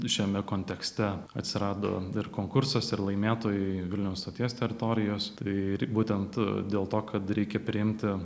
šiame kontekste atsirado ir konkursas ir laimėtojai vilniaus stoties teritorijos tai būtent dėl to kad reikia priimti